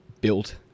built